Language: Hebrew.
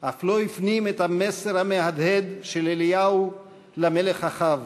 אף לא הפנים את המסר המהדהד של אליהו למלך אחאב,